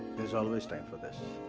is always time for this.